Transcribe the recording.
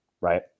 Right